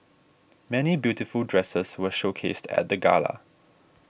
many beautiful dresses were showcased at the gala